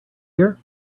here